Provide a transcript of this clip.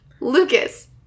Lucas